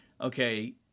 okay